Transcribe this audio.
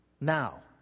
Now